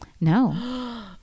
No